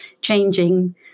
changing